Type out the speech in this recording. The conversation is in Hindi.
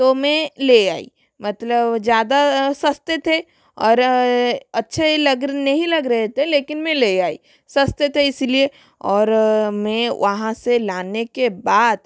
तो मैं ले आई मतलब ज़्यादा सस्ते थे और अच्छे लग नहीं लग रहे थे लेकिन मैं ले आई सस्ते थे इसलिये और मैं वहाँ से लाने के बाद